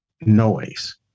noise